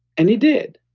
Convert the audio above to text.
and he did.